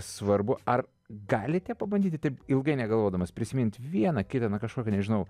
svarbu ar galite pabandyti taip ilgai negalvodamas prisimint vieną kitą na kažkokią nežinau